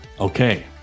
Okay